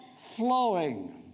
flowing